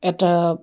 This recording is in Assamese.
এটা